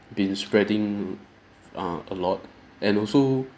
been spreading err a lot and also